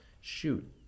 shoot